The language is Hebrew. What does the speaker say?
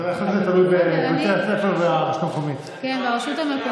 זה תלוי בבתי הספר וברשות המקומית.